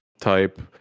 type